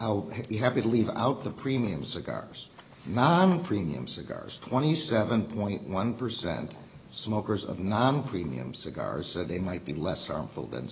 how you have to leave out the premium cigars non premium cigars twenty seven point one percent smokers of non premium cigars so they might be less harmful than